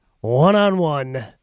one-on-one